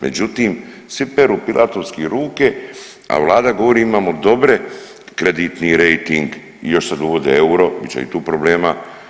Međutim, svi peru pilatovski ruke, a vlada govori imamo dobre kreditni rejting i još sad uvode euro, bit će i tu problema.